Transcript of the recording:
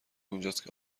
اونجاست